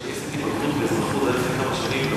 כשאני עשיתי בגרות באזרחות לפני שנים,